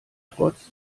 trotz